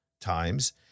times